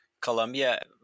Colombia